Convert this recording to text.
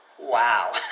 Wow